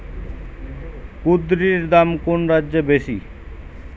কুঁদরীর দাম কোন রাজ্যে বেশি?